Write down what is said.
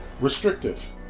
restrictive